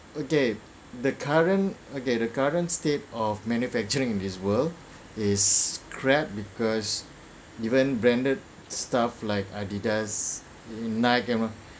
okay the current okay the current state of manufacturing in this world is crap because even branded stuff like adidas nike and mah